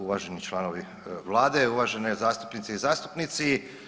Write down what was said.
Uvaženi članovi Vlade, uvažene zastupnice i zastupnici.